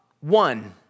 one